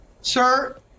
sir